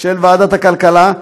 של ועדת הכלכלה,